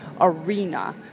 arena